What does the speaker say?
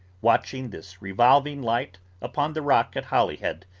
watching this revolving light upon the rock at holyhead,